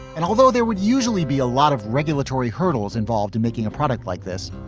and although there would usually be a lot of regulatory hurdles involved in making a product like this,